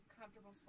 comfortable